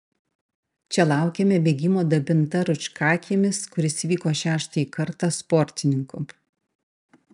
čia laukėme bėgimo dabinta rūčkakiemis kuris vyko šeštąjį kartą sportininkų